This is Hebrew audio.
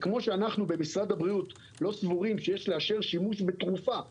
כמו שאנחנו במשרד הבריאות לא סבורים שיש לאשר שימוש בתרופה אחרת,